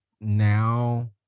now